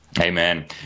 Amen